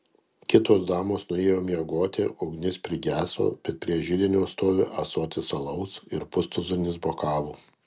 kitos damos nuėjo miegoti ugnis prigeso bet prie židinio stovi ąsotis alaus ir pustuzinis bokalų